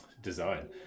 design